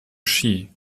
ski